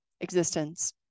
existence